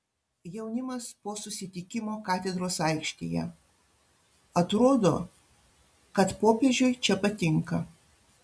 jaunimas po susitikimo katedros aikštėje atrodo kad popiežiui čia patinka